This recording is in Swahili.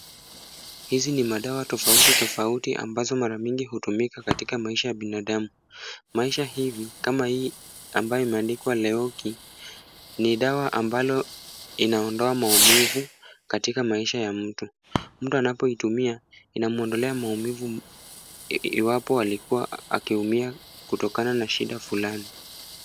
Hizi ni madawa tofauti tofauti ambazo mara mingi hutumika katika maisha ya binadamu. Maisha hivi, kama hii ambayo imeandikwa leoki, ni dawa ambalo inaondoa maumivu katika maisha ya mtu. Mtu anapolitumia, inamuondolea maumivu iwapo alikuwa akiumia kutokana na shida fulani.